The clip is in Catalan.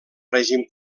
règim